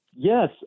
yes